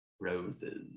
roses